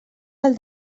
del